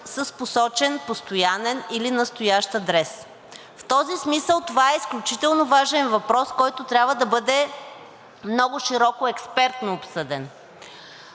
с посочен постоянен или настоящ адрес. В този смисъл това е изключително важен въпрос, който трябва да бъде много широко и експертно обсъден.